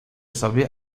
sobie